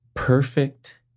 Perfect